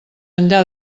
enllà